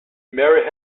merrill